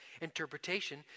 interpretation